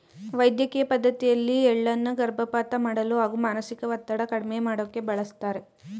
ವೈದ್ಯಕಿಯ ಪದ್ಡತಿಯಲ್ಲಿ ಎಳ್ಳನ್ನು ಗರ್ಭಪಾತ ಮಾಡಲು ಹಾಗೂ ಮಾನಸಿಕ ಒತ್ತಡ ಕಡ್ಮೆ ಮಾಡೋಕೆ ಬಳಸ್ತಾರೆ